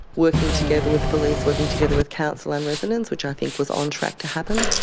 working together with police, working together with council and residents, which i think was on track to happen.